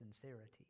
sincerity